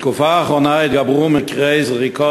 בתקופה האחרונה התגברו מקרי זריקות